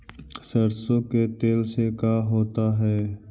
सरसों के तेल से का होता है?